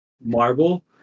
marble